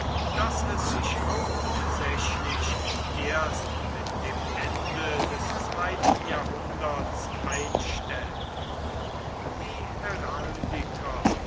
daß es sich hauptsächlich erst mit dem ende des zweiten jahrhunderts einstellt die heraldiker